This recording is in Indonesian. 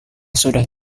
sudah